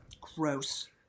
Gross